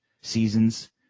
seasons